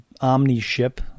omni-ship